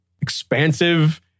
expansive